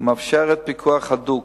המאפשרת פיקוח הדוק